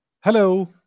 Hello